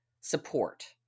support